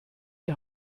die